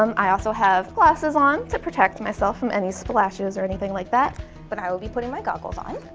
um i also have glasses on to protect myself from any splashes or anything like that but i will be putting my goggles on.